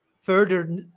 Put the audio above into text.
further